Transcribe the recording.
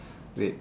wait